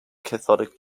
catholic